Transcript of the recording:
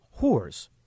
whores